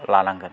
लानांगोन